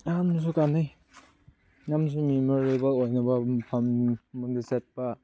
ꯌꯥꯝꯅꯁꯨ ꯀꯥꯟꯅꯩ ꯅꯪꯁꯨ ꯃꯦꯃꯣꯔꯦꯜꯕꯜ ꯑꯣꯏꯅꯕ ꯃꯐꯝ ꯑꯃꯗ ꯆꯠꯄ